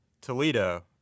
Toledo